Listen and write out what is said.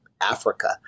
Africa